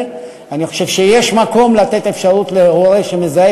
אני חושב שיש מקום לתת אפשרות להורה שמזהה